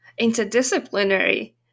interdisciplinary